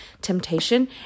temptation